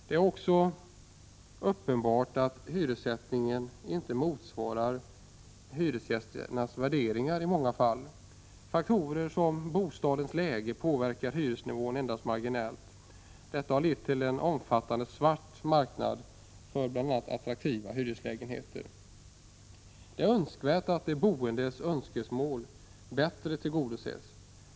Det är också uppenbart att hyressättningen i många fall inte motsvarar hyresgästernas värderingar. Sådana faktorer som bostadens läge påverkar hyresnivån endast marginellt. Detta har lett till en omfattande svart marknad för bl.a. attraktiva hyreslägenheter. Det är önskvärt att de boendes önskemål bättre tillgodoses.